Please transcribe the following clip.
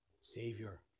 Savior